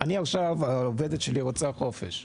עכשיו העובדת שלי רוצה חופש,